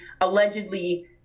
allegedly